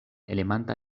elementa